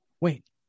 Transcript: Wait